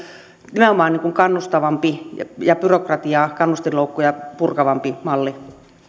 nimenomaan kannustavampi ja ja byrokratiaa kannustinloukkuja purkavampi malli